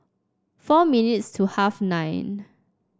four minutes to half nine